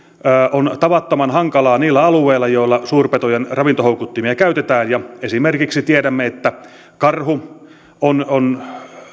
on tavattoman hankalaa niillä alueilla joilla suurpetojen ravintohoukuttimia käytetään esimerkiksi tiedämme että karhu on on